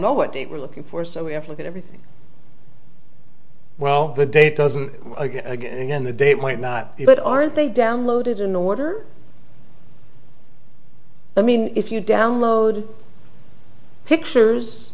know what they were looking for so we have to look at everything well the date doesn't again and again and again the date might not be but aren't they downloaded in order i mean if you download pictures